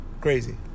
Crazy